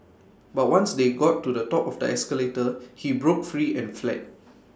but once they got to the top of the escalator he broke free and fled